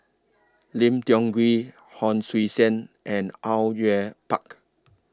Lim Tiong Ghee Hon Sui Sen and Au Yue Pak